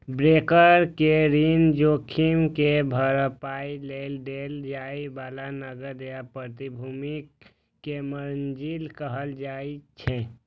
broker कें ऋण जोखिम के भरपाइ लेल देल जाए बला नकदी या प्रतिभूति कें मार्जिन कहल जाइ छै